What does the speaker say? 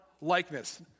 likeness